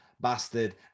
bastard